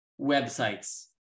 websites